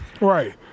Right